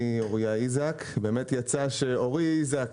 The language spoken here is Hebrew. אני אוריה איזק, באמת יצא שאורי איזק